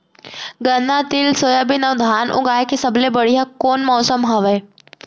गन्ना, तिल, सोयाबीन अऊ धान उगाए के सबले बढ़िया कोन मौसम हवये?